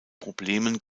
problemen